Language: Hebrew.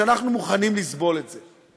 מה קרה לנו שאנחנו מוכנים לסבול את זה?